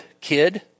kid